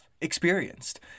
experienced